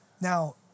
Now